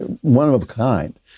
one-of-a-kind